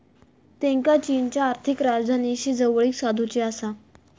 त्येंका चीनच्या आर्थिक राजधानीशी जवळीक साधुची आसा